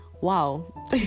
Wow